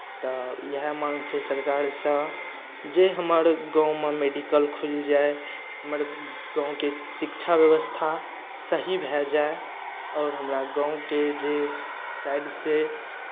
तऽ इएह माँग छै सरकारसँ जे हमर गाँवमे मेडिकल खुलि जाय हमर गाँवके शिक्षा व्यवस्था सही भए जाय आओर हमरा गाँवके जे साइडसँ